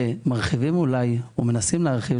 ומנסים להרחיב,